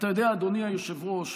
אתה יודע, אדוני היושב-ראש,